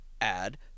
Add